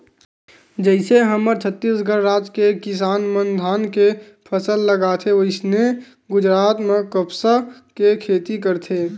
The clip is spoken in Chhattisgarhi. जइसे हमर छत्तीसगढ़ राज के किसान मन धान के फसल लगाथे वइसने गुजरात म कपसा के खेती करथे